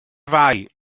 fai